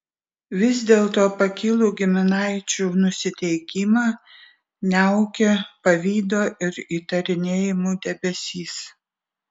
vis dėlto pakilų giminaičių nusiteikimą niaukė pavydo ir įtarinėjimų debesys